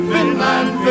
Finland